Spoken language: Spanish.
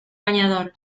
bañador